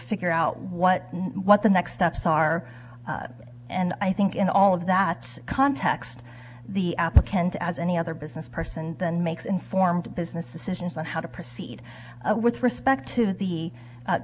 figure out what what the next steps are and i think in all of that context the applicant as any other business person then makes informed business decisions on how to proceed with respect to the